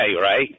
right